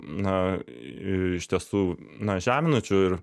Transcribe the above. na iš tiesų na žeminančių ir